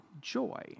joy